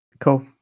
cool